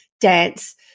dance